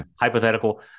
hypothetical